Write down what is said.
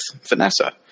Vanessa